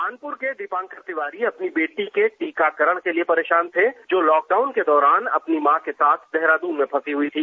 कानपुर के दीपांकर तिवारी अपनी बेटी के टीकाकरण के लिए परेशान थे जो लॉकडाउन के दौरान अपनी मां के देहरादून में फंसी हुई थी